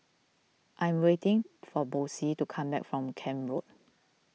I'm waiting for Boysie to come back from Camp Road